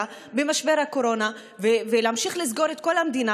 במשבר הקורונה ולהמשיך לסגור את כל המדינה.